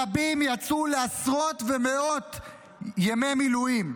רבים יצאו לעשרות ומאות ימי מילואים.